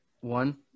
one